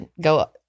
go